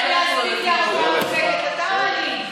מי צריך להספיק לארוחה המפסקת, אתה או אני?